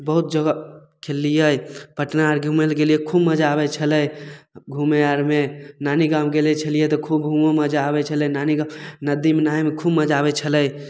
बहुत जगह खेललियै पटना आर घुमय लए गेलियै खूब मजा आबय छलै घूमय आरमे नानी गाम गेल छलियै तऽ खूब हुओं मजा आबय छलै नानी गाँवमे नदीमे नहाइमे खूब मजा आबय छलै